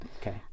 Okay